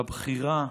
בבחירה